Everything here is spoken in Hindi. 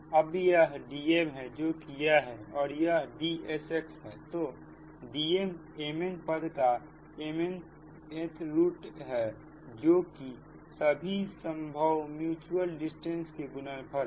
अब यह Dmजो कि यह है और यह Dsx है तो Dm mn पद का mn th रूट है जो कि सभी संभव म्यूच्यूअल डिस्टेंस के गुणनफल है